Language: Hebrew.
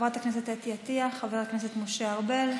חברת הכנסת אתי עטייה, חבר הכנסת משה ארבל,